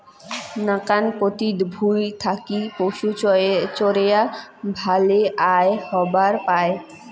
নাকান পতিত ভুঁই থাকি পশুচরেয়া ভালে আয় হবার পায়